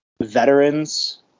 veterans